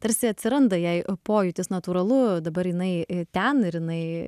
tarsi atsiranda jai pojūtis natūralu dabar jinai ten ir jinai